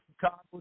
Chicago